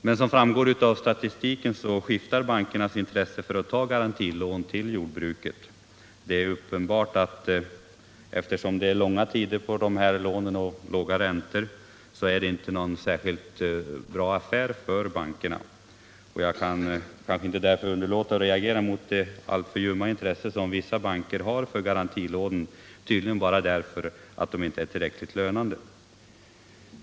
Men som framgår av statistiken skiftar bankernas intresse för att bevilja garantilån till jordbruket, eftersom långsiktiga lån med låga räntor inte är särskilt fördelaktiga för bankerna. Jag kan inte underlåta att reagera mot det alltför ljumma intresse som vissa banker visar för sådana garantilån, tydligen bara därför att de inte är tillräckligt lönande.